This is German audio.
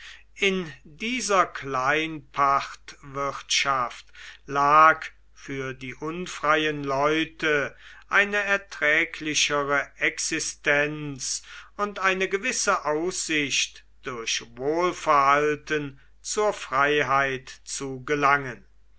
in dieser kleinpachtwirtschaft lag für die unfreien leute eine erträglichere existenz und eine gewisse aussicht durch wohlverhalten zur freiheit zu gelangen